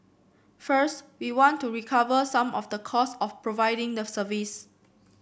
first we want to recover some of the cost of providing the service